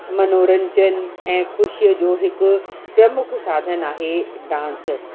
मनोरंजन ऐं ख़ुशीअ जो हिकु प्रमुख साधन आहे डांस